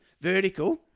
Vertical